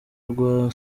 rwa